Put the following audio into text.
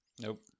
Nope